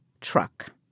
truck